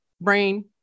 brain